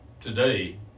Today